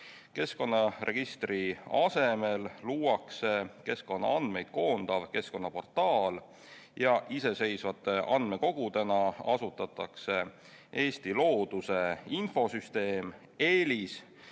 Keskkonnaregistri asemele luuakse keskkonnaandmeid koondav keskkonnaportaal ja iseseisvate andmekogudena asutatakse Eesti looduse infosüsteem EELIS